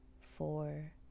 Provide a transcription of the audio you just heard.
four